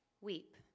Weep